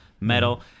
metal